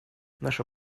наша